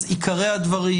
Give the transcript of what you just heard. אז עיקרי הדברים,